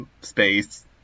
space